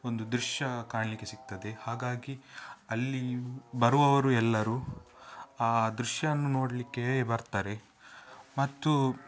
ಒಂದು ದೃಶ್ಯ ಕಾಣಲಿಕ್ಕೆ ಸಿಗ್ತದೆ ಹಾಗಾಗಿ ಅಲ್ಲಿ ಬರುವವರು ಎಲ್ಲರೂ ಆ ದೃಶ್ಯವನ್ನು ನೋಡಲಿಕ್ಕೇ ಬರ್ತಾರೆ ಮತ್ತು